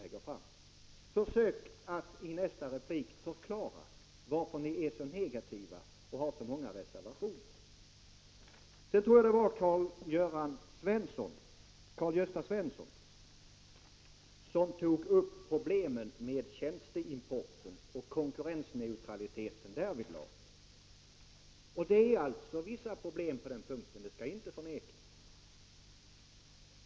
Försök att i nästa replik förklara varför ni är så negativa och har så många reservationer. Jag tror att det var Karl-Gösta Svenson som tog upp problemen med tjänsteimport och konkurrensneutraliteten därvidlag. Det finns vissa problem på den punkten — det skall inte förnekas.